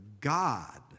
God